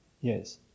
Yes